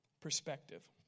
perspective